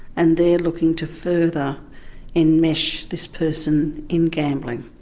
and they're looking to further enmesh this person in gambling.